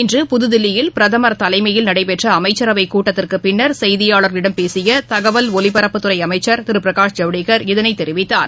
இன்று புதுதில்லியில் பிரதமர் தலைமையில் நடைபெற்றஅமைச்சரவைக் கூட்டத்திற்குப் பின்னர் செய்தியாளர்களிடம் பேசியதகவல் ஒலிபரப்புத் துறைஅமைச்சர் திருபிரகாஷ் ஜவ்டேகர் இதனைத் தெரிவித்தார்